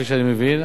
כפי שאני מבין,